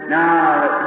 Now